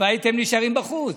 והייתם נשארים בחוץ.